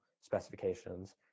specifications